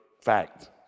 Fact